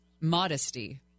modesty